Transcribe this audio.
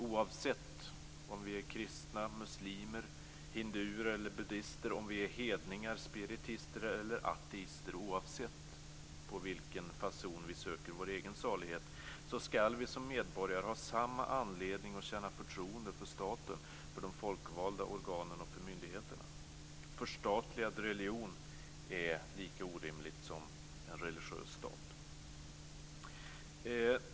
Oavsett om vi är kristna, muslimer, hinduer eller buddister eller om vi är hedningar, spiritister eller ateister - oavsett på vilken fason vi söker vår egen salighet - skall vi som medborgare ha samma anledning att känna förtroende för staten, för de folkvalda organen och för myndigheterna. Förstatligad religion är något lika orimligt som en religiös stat.